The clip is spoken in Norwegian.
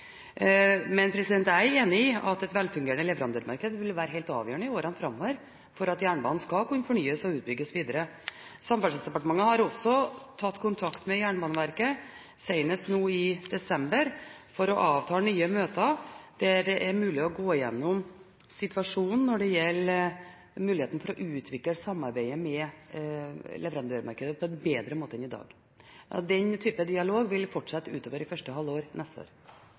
Men jeg er enig i at et velfungerende leverandørmarked vil være helt avgjørende i årene framover for at jernbanen skal kunne fornyes og utbygges videre. Samferdselsdepartementet har også tatt kontakt med Jernbaneverket, senest nå i desember, for å avtale nye møter, der det er mulig å gå gjennom situasjonen når det gjelder muligheten for å utvikle samarbeidet med leverandørmarkedet på en bedre måte enn i dag. Den type dialog vil fortsette utover i første halvår neste år.